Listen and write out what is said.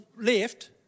left